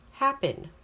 happen